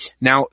Now